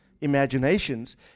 imaginations